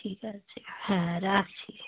ঠিক আছে হ্যাঁ রাখছি